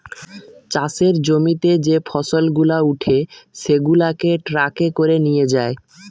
চাষের জমিতে যে ফসল গুলা উঠে সেগুলাকে ট্রাকে করে নিয়ে যায়